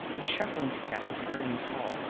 a shuffling step was heard in the hall,